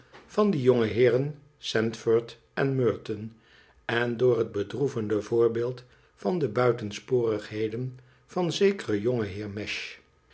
van die jongeheeren sandford en merton en door het bedroevende voorbeeld van de buitensporigheden van zekeren jongenheer